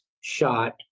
shot